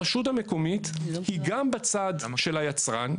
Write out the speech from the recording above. הרשות המקומית היא גם בצד של היצרן,